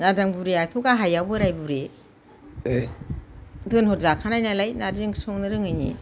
नारजां बुरिआथ' गाहायाव बोराइ बुरि दोनहरजाखानाय नालाय नारजि ओंख्रि संनो रोङैनि